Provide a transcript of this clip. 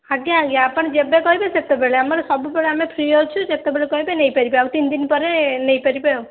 ଆଜ୍ଞା ଆଜ୍ଞା ଆପଣ ଯେବେ କହିବେ ସେତେବେଳେ ଆମର ସବୁବେଳେ ଆମେ ଫ୍ରି ଅଛୁ ଯେତେବେଳେ କହିବେ ନେଇପାରିବେ ଆଉ ତିନି ଦିନ ପରେ ନେଇପାରିବେ ଆଉ